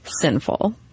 sinful